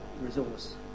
resource